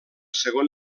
segon